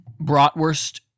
bratwurst